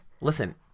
listen